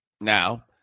Now